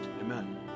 Amen